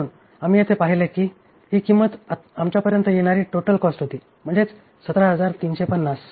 म्हणून आम्ही येथे पाहिले की ही किंमत आमच्यापर्यंत येणारी टोटल कॉस्ट होती म्हणजेच 17350 आहे